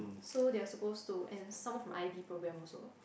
so they're are supposed to and sum up from I_D program also